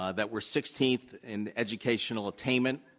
ah that we're sixteenth in educational attainment,